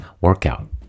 workout